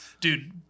Dude